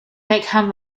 peckham